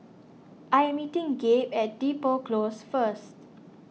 I'm meeting Gabe at Depot Close first